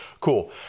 Cool